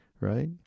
right